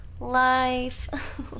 life